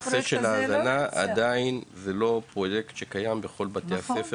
זה צריך להיות לכל בתי הספר